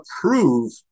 prove